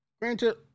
Granted